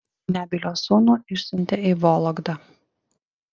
nebylio sūnų išsiuntė į vologdą